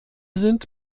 sind